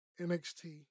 NXT